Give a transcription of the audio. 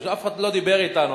אף אחד לא דיבר אתנו,